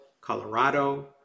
Colorado